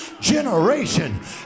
generation